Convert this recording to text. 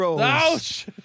Ouch